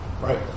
Right